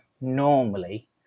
normally